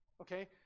Okay